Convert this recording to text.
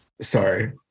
Sorry